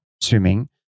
swimming